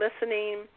listening